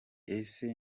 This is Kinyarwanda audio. ese